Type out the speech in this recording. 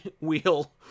wheel